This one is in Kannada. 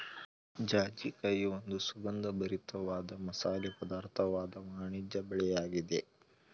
ಜಾಜಿಕಾಯಿ ಒಂದು ಸುಗಂಧಭರಿತ ವಾದ ಮಸಾಲೆ ಪದಾರ್ಥವಾದ ವಾಣಿಜ್ಯ ಬೆಳೆಯಾಗಿದೆ